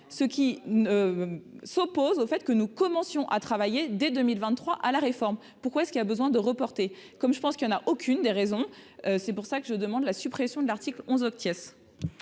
ce qui s'opposent au fait que nous commencions à travailler dès 2023 à la réforme, pourquoi est-ce qu'il a besoin de reporter comme je pense qu'il y en a aucune des raisons, c'est pour ça que je demande la suppression de l'article onze.